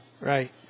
Right